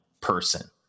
person